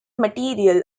material